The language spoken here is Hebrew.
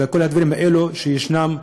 וכל הדברים האלה שישנם,